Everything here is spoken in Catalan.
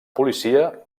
policia